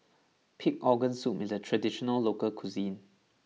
Pig Organ Soup is a traditional local cuisine